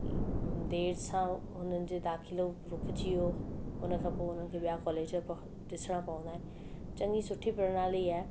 देरि सां उन जे दाख़िलो रुकिजी वियो उन खां पोइ उन्हनि खे ॿियां कॉलेज ॾिसिणा पवंदा आहिनि चङी सुठी प्रणाली आहे